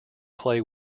play